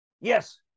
Yes